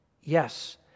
Yes